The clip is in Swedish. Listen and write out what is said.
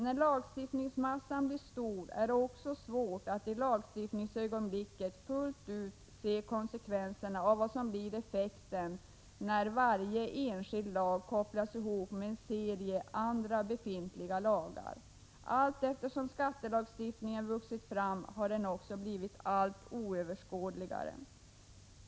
När lagstiftningsmassan blir stor är det också svårt att i lagstiftningsögonblicket fullt ut se vad som blir effekten när varje enskild lag kopplas ihop med en serie andra befintliga lagar. Allteftersom skattelagstiftningen vuxit fram har den också blivit allt oöverskådligare.